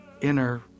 inner